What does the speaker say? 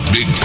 Big